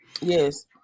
Yes